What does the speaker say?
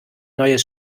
neues